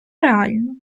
реально